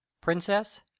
princess